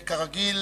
כרגיל,